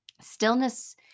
stillness